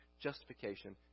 justification